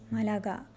Malaga